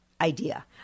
idea